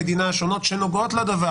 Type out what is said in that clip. של רשויות המדינה השונות שנוגעות לדבר